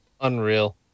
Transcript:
Unreal